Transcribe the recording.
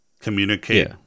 Communicate